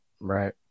Right